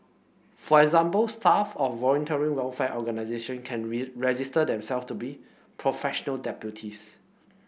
for example staff of voluntary welfare organisation can register themself to be professional deputies